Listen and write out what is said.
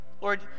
Lord